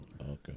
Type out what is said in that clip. Okay